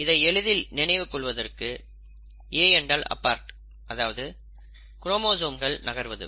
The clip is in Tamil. இதை எளிதில் நினைவு கொள்வதற்கு A என்றால் அபார்ட் அதாவது குரோமோசோம்கள் நகர்வது